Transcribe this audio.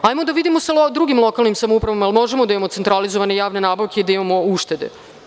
Hajde da vidimo sa drugim lokalnim samoupravama - da li možemo da imamo centralizovane javne nabavke i da imamo uštede?